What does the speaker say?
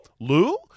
Lou